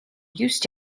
used